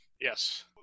Yes